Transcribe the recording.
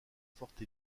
forte